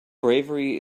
bravery